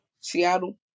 Seattle